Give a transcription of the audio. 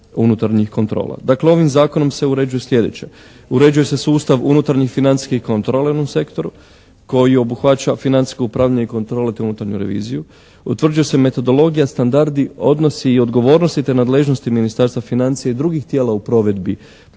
Dakle ovim zakonom se uređuje sljedeće: uređuje se sustav unutarnjih financijskih kontrola u jednom sektoru koji obuhvaća financijsko upravljanje i kontrolu te unutarnju reviziju. Utvrđuje se metodologija, standardi, odnosi i odgovornosti te nadležnosti Ministarstva financija i drugih tijela u provedbi